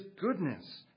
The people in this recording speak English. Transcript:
goodness